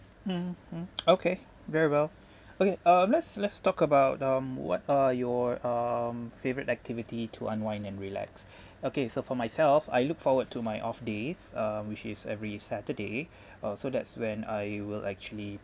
mmhmm okay very well okay uh let's let's talk about um what are your um favourite activity to unwind and relax okay so for myself I look forward to my off days uh which is every saturday uh so that's when I will actually